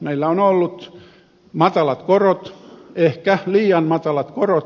meillä on ollut matalat korot ehkä liian matalat korot